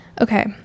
Okay